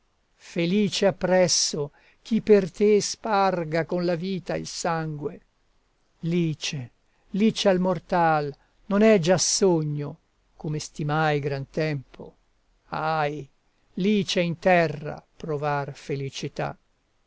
felice appresso chi per te sparga con la vita il sangue lice lice al mortal non è già sogno come stimai gran tempo ahi lice in terra provar felicità